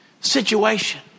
situation